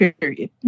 Period